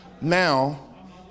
Now